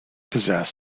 possess